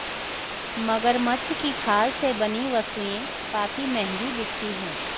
मगरमच्छ की खाल से बनी वस्तुएं काफी महंगी बिकती हैं